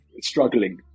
struggling